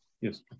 Yes